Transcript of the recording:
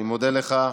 אני מודה לך,